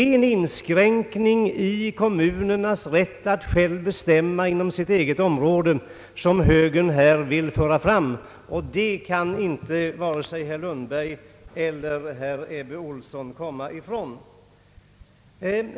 Högern vill inskrän ka kommunernas rätt att själva bestämma inom deras eget område, det kan varken herr Lundberg eller herr Ebbe Ohlsson komma ifrån.